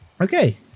Okay